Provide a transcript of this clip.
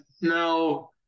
Now